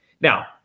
Now